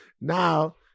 Now